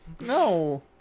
No